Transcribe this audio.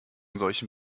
solchen